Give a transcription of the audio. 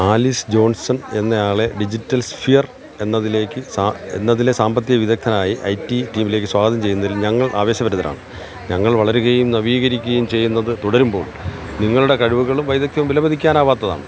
Alice Johnson എന്നയാളെ digital sphere എന്നതിലേക്ക് സ എന്നതിലെ സാമ്പത്തിക വിദഗ്ധനായി ഐ റ്റി ടീമിലേക്ക് സ്വാഗതം ചെയ്യുന്നതിൽ ഞങ്ങൾ ആവേശഭരിതരാണ് ഞങ്ങൾ വളരുകയും നവീകരിക്കുകയും ചെയ്യുന്നത് തുടരുമ്പോൾ നിങ്ങളുടെ കഴിവുകളും വൈദഗ്ധ്യവും വിലമതിക്കാനാവാത്തതാണ്